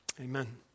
Amen